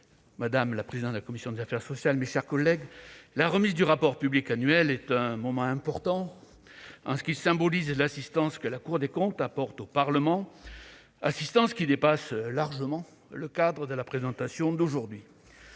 Premier président de la Cour des comptes, mes chers collègues, la remise du rapport public annuel est un moment important, car elle symbolise l'assistance que la Cour des comptes apporte au Parlement, laquelle dépasse largement le cadre de la présentation d'aujourd'hui.